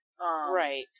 Right